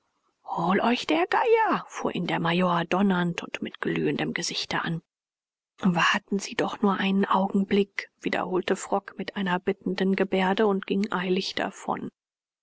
hol euch der geier fuhr ihn der major donnernd und mit glühendem gesichte an warten sie doch nur einen augenblick wiederholte frock mit einer bittenden gebärde und ging eilig davon